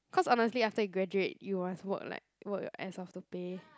cause honestly after you graduate you must work like work your ass off to pay